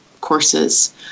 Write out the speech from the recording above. courses